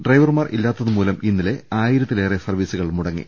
ഡ്രൈവർമാർ ഇല്ലാത്തത് മൂലം ഇന്നലെ ആയിരത്തി ലേറെ സർവീസുകൾ മുടങ്ങി